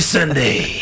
Sunday